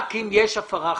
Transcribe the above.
רק אם יש הפרה חמורה.